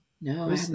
No